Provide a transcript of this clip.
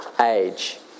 age